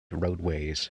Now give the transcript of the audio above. roadways